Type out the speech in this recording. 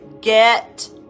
get